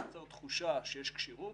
הוא מייצר תחושה שיש כשירות